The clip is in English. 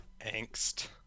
Angst